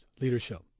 leadership